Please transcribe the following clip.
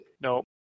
Nope